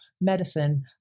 medicine